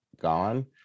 gone